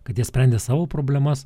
kad jie sprendė savo problemas